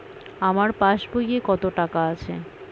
আমার পাস বইয়ে কত টাকা আছে?